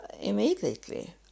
immediately